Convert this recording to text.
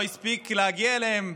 לא הספיק להגיע אליהם.